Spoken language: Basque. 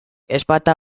ezpata